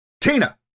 Tina